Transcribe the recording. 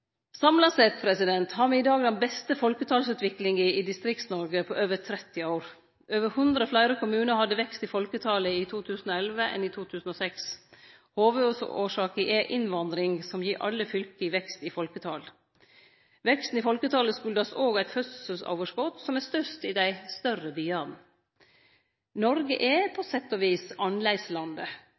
Samla sett har me i dag den beste folketalsutviklinga i Distrikts-Noreg på over 30 år. Over 100 fleire kommunar hadde vekst i folketalet i 2011 enn i 2006. Hovudårsaka er innvandring, som gir alle fylke vekst i folketalet. Veksten i folketalet kjem òg av eit fødselsoverskot, som er størst i dei større byane. Noreg er på sett og vis annleislandet.